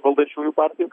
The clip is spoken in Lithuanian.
valdančiųjų partijų